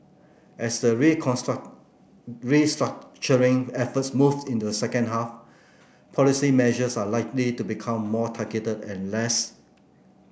as the restructuring effort moves into the second half policy measures are likely to become more targeted and less